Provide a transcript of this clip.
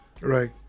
right